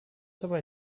dabei